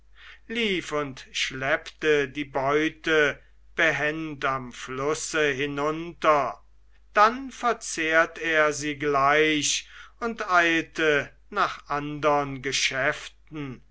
lief und schleppte die beute behend am flusse hinunter dann verzehrt er sie gleich und eilte nach andern geschäften